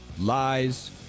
lies